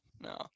No